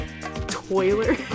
Toiler